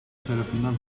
tarafından